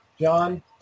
John